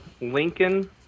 Lincoln